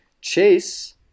Chase